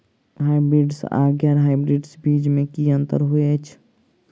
Hybrids आ गैर hybrids बीज म की अंतर होइ अछि?